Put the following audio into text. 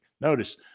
Notice